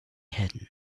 hidden